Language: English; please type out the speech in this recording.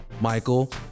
Michael